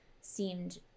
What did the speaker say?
seemed